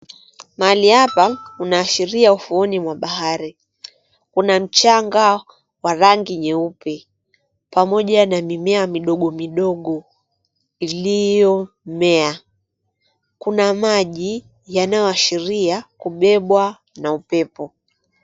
Mahali hapa kuna ashiria ufuoni mwa bahari. Kuna mchanga wa rangi nyeupe pamoja na mimea midogo midogo iliyomea. Kuna maji yanayoashiria kubebwa na upepo.